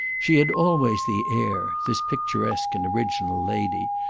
she had always the air, this picturesque and original lady,